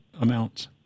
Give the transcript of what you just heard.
amounts